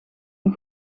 een